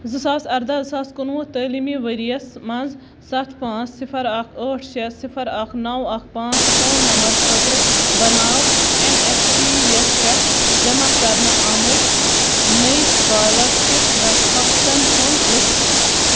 زٕساس اَرداہ زٕ ساس کُنوُہ تعلیٖمی ؤرۍیَس مَنٛز سَتھ پانٛژ صِفر اَکھ ٲٹھ شےٚ صِفر اَکھ نَو اَکھ پانٛژ فون نمبر خٲطرٕ بناو این ایس پی یَس پٮ۪ٹھ جمع کَرنہٕ آمٕتۍ نٔے سُکالرشِپ درخواستن ہُنٛد لِسٹ